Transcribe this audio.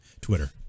Twitter